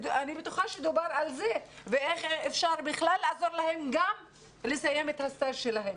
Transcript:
אני בטוחה שדובר על זה ועל איך אפשר לעזור להן גם לסיים את הסטאז' שלהן.